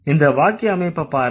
இந்த வாக்கிய அமைப்பைப் பாருங்க